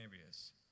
areas